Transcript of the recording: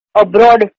abroad